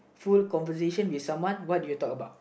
full conversation with someone what did you talk about